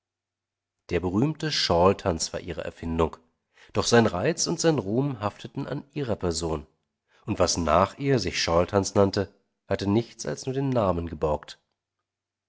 der berühmte shawltanz war ihre erfindung doch sein reiz und sein ruhm hafteten an ihrer person und was nach ihr sich shawltanz nannte hatte nichts als nur den namen geborgt